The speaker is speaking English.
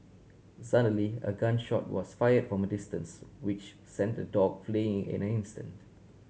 suddenly a gun shot was fired from a distance which sent the dog fleeing in an instant